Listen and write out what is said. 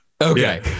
okay